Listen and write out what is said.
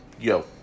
yo